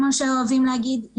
כמו שאוהבים להגיד,